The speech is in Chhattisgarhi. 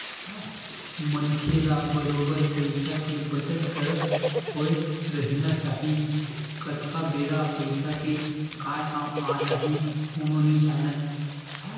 मनखे ल बरोबर पइसा के बचत करत होय रहिना चाही कतका बेर पइसा के काय काम आ जाही कोनो नइ जानय